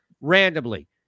randomly